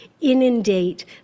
inundate